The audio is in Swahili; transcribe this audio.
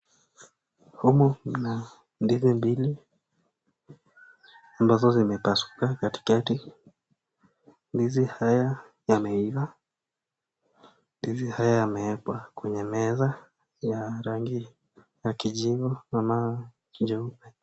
Humu mna ndizi mbili ambazo zimepasuka katikati . Ndizi haya yameiva . Ndizi haya yamewekwa kwenye meza ya rangi ya kijivu na mawe jeupe .